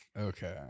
Okay